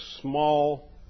small